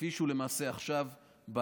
כפי שהוא למעשה עכשיו.